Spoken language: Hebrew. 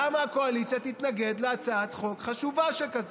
למה הקואליציה תתנגד להצעת חוק חשובה שכזו?